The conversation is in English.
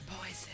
poison